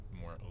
more